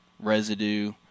residue